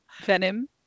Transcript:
venom